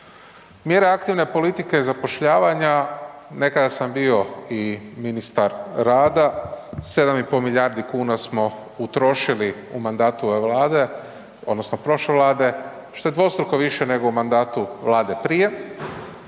mjera aktivne politike zapošljavanja, nekada sam bio i ministar rada 7,5 milijardi kuna smo utrošili u mandatu ove Vlade odnosno prošle Vlade što je dvostruko više nego u mandatu Vlade prije,